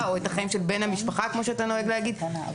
או את החיים של בן המשפחה כמו שאתה נוהג לומר וצריך